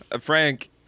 Frank